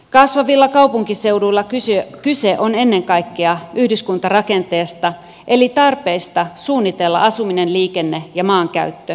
kasvavilla kaupunkiseuduilla kyse on ennen kaikkea yhdyskuntarakenteesta eli tarpeista suunnitella asuminen liikenne ja maankäyttö kokonaisuutena